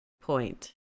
point